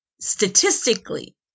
statistically